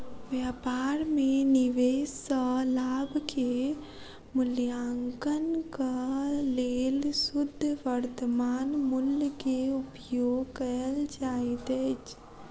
व्यापार में निवेश सॅ लाभ के मूल्याङकनक लेल शुद्ध वर्त्तमान मूल्य के उपयोग कयल जाइत अछि